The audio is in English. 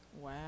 Wow